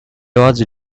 was